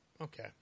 Okay